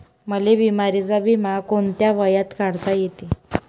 मले बिमारीचा बिमा कोंत्या वयात काढता येते?